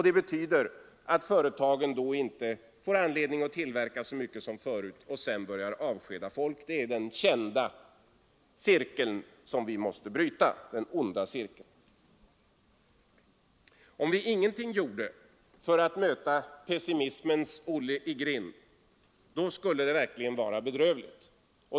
Det betyder att företagen då inte får anledning att tillverka lika mycket som förut och sedan börjar avskeda folk. Det är den kända cirkeln, den onda cirkeln, som vi måste bryta. Om vi ingenting gjorde för att möta pessimismens Olle i grind skulle det verkligen vara bedrövligt.